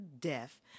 death